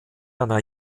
einer